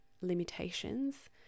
limitations